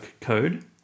code